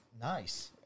nice